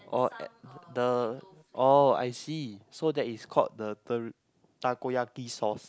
or at the oh I see so that is called the takoyaki sauce